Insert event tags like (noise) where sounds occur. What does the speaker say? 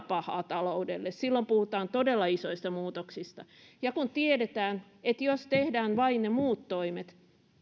(unintelligible) pahaa taloudelle silloin puhutaan todella isoista muutoksista ja tiedetään että jos tehdään vain ne muut toimet